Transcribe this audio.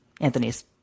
anthony's